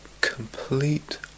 complete